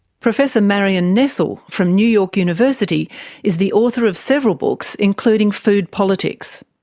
professor marion nestle from new york university is the author of several books, including food politics.